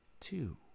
two